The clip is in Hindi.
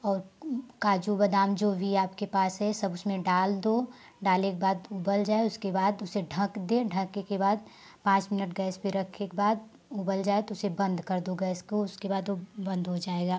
और काजू बादाम जो भी आपके पास है सब उसमें डाल दो डाले के बाद उबल जाए उसके बाद उसे ढंक दें ढके के बाद पाँच मिनट गैस पे रखे के बाद उबल जाए तो उसे बंद कर दो गैस को उसके बाद वो बंद हो जाएगा